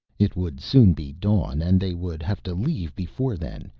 it would soon be dawn and they would have to leave before then,